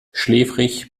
schläfrig